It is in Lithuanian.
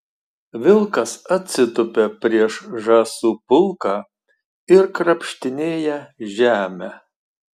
vilkas atsitupia prieš žąsų pulką ir krapštinėja žemę